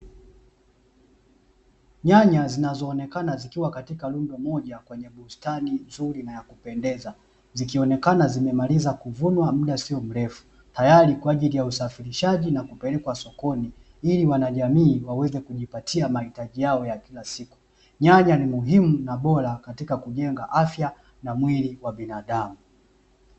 Nyanya zinazoonekana zikiwa katika rundo moja kwenye bustani nzuri na ya kupendeza, zikionekana zimemaliza kuvunwa muda sio mrefu. Tayari kwa ajili ya usafirishaji na kupelekwa sokoni ili wanajamii waweze kujipatia mahitaji yao ya kila siku. Nyanya ni muhimu na bora katika kujenga afya na mwili wa binadamu.